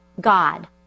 God